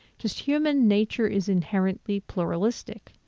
just human nature is inherently pluralistic.